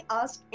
ask